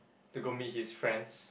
to go meet his friends